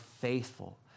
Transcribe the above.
faithful